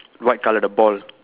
white colour the ball